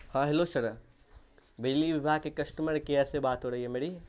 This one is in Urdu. ہاں ہلو سر بجلی وبھاگ کے کشٹمر کیئر سے بات ہو رہی ہے میری